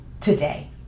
today